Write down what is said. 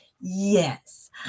Yes